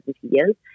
years